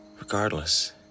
Regardless